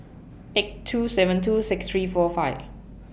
eight two seven two six three four five